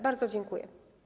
Bardzo dziękuję.